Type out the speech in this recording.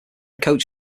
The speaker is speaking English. coach